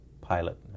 pilot